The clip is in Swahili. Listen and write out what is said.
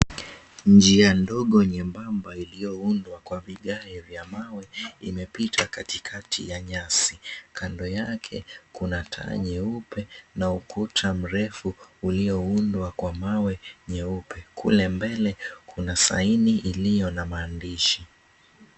Njia ndogo nyembamba iliyoundwa kwa vigae vya mawe imepita katikati ya nyasi kando yake kuna taa nyeupe na ukuta mrefu ulioundwa kwa mawe nyeupe. Kule mbele kuna saini iliyo na maandishi.